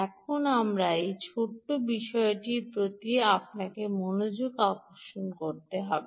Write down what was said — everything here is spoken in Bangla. এখন আমার এই ছোট্ট বিষয়টির প্রতিও আপনাকে মনোযোগ আকর্ষণ করতে হবে